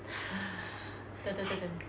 !hais!